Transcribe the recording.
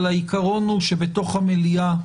אבל העיקרון הוא שבתוך המליאה,